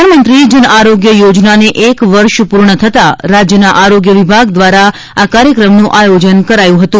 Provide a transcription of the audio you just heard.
પ્રધાનમંત્રી જન આરોગ્ય યોજનાને એક વર્ષ પૂર્ણ થતાં રાજ્યના આરોગ્ય વિભાગ દ્વારા આ કાર્યક્રમનું આયોજન કરાયું હતું